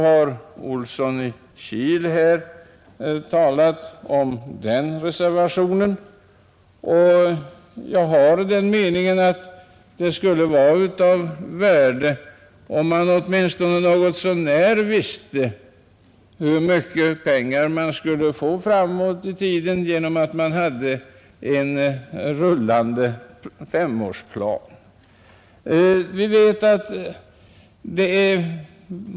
Jag är av den meningen att det skulle vara av värde, om man åtminstone något så när visste hur mycket pengar man framåt i tiden kunde förfoga över, vilket skulle vara fallet om vi hade en rullande femårsplan.